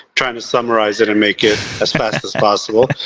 trying to summarize it and make it as fast as possible!